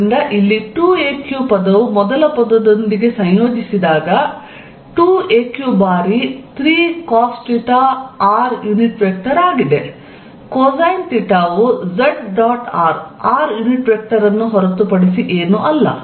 ಆದ್ದರಿಂದ ಇಲ್ಲಿ 2aq ಪದವು ಮೊದಲ ಪದದೊಂದಿಗೆ ಸಂಯೋಜಿಸಿದಾಗ 2aq ಬಾರಿ 3cosθr ಆಗಿದೆ ಕೊಸೈನ್ ಥೀಟಾ ವು z dot r r unit vector ಅನ್ನು ಹೊರತುಪಡಿಸಿ ಏನೂ ಅಲ್ಲ